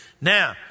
now